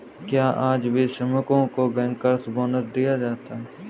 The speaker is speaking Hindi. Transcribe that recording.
क्या आज भी श्रमिकों को बैंकर्स बोनस दिया जाता है?